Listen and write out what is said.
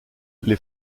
les